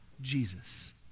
Jesus